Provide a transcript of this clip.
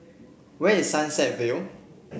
where is Sunset View